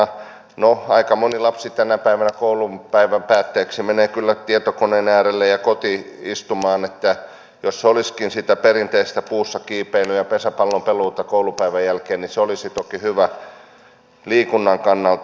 no aika moni lapsi tänä päivänä koulupäivän päätteeksi menee kyllä tietokoneen äärelle ja kotiin istumaan jos olisikin sitä perinteistä puussa kiipeilyä ja pesäpallon peluuta koulupäivän jälkeen niin se olisi toki hyvä liikunnan kannalta